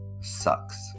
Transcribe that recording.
sucks